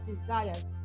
desires